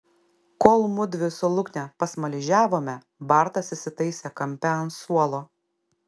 kol mudvi su lukne pasmaližiavome bartas įsitaisė kampe ant suolo